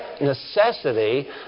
necessity